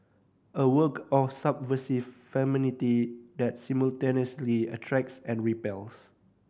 a work of subversive femininity that simultaneously attracts and repels